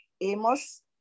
Amos